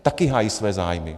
Taky hájí své zájmy.